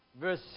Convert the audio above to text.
verse